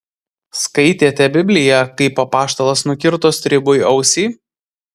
skaitėte bibliją kaip apaštalas nukirto stribui ausį